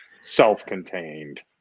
self-contained